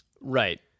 Right